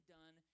done